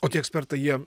o tie ekspertai jie